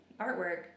artwork